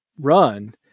run